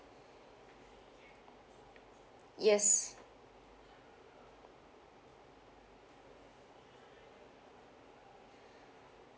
yes